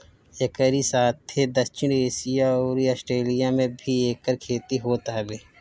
एकरी साथे दक्षिण एशिया अउरी आस्ट्रेलिया में भी एकर खेती होत हवे